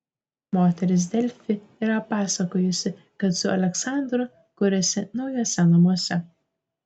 moteris delfi yra pasakojusi kad su aleksandru kuriasi naujuose namuose